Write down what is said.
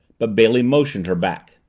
but bailey motioned her back.